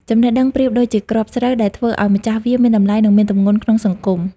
ចំណេះដឹងប្រៀបដូចជាគ្រាប់ស្រូវ ដែលធ្វើឱ្យម្ចាស់វាមានតម្លៃ និងមានទម្ងន់ក្នុងសង្គម។